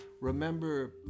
Remember